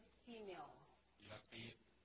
female